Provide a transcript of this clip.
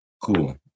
Cool